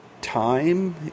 time